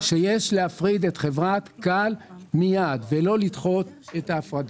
שיש להפריד את חברת כאל מיד ולא לדחות את ההפרדה.